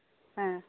ᱦᱮᱸ